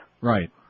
Right